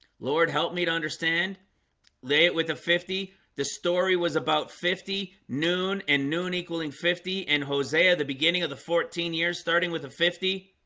lord, help me to understand lay it with a fifty the story was about fifty noon and noon equaling fifty and hosea, the beginning of the fourteen years starting with a fifty